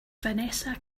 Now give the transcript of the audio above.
vanessa